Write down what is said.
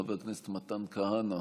חבר הכנסת מתן כהנא,